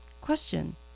Question